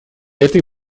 этой